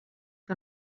que